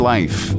Life